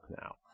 now